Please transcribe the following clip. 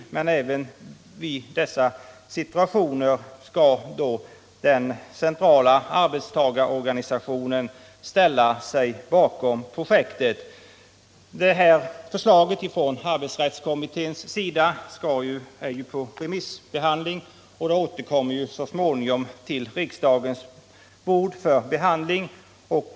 Men också då skall den centrala arbetstagarorganisationen ställa sig bakom projektet. Arbetsrättskommitténs förslag är nu ute på remiss och regeringsförslag kommer alltså till riksdagen för behandling.